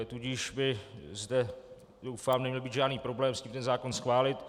Tudíž by zde doufám neměl být žádný problém s tím zákon schválit.